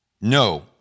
No